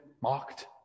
mocked